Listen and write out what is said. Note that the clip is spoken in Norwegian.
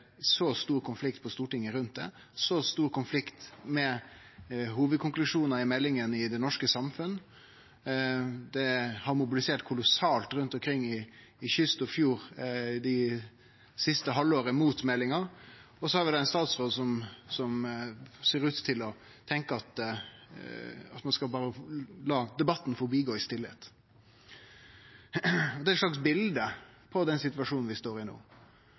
så stor konflikt på Stortinget rundt ho, så stor konflikt i det norske samfunnet når det gjeld hovudkonklusjonane i meldinga. Det har blitt mobilisert kolossalt mot meldinga rundt omkring langs kyst og fjord det siste halvåret, og så har vi ein statsråd som ser ut til å tenkje at ein berre skal la debatten gå forbi i det stille. Det er eit slags bilde på den situasjonen vi står i no.